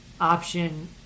option